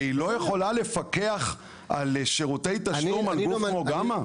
והיא לא יכולה לפקח על שירותי תשלום על גוף כמו "גמא"?